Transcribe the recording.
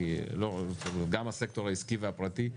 גם הסקטור העסקי והפרטי,